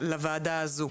לוועדה הזו.